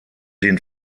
den